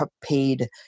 paid